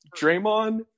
Draymond